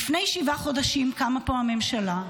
"לפני שבעה חודשים קמה פה הממשלה,